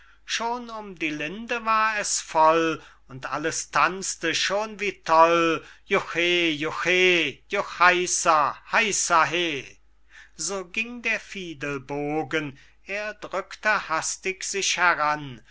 schon um die linde war es voll und alles tanzte schon wie toll juchhe juchhe juchheisa heisa he so ging der fiedelbogen er drückte hastig sich heran